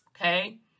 Okay